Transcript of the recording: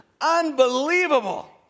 Unbelievable